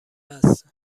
است